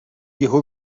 یهو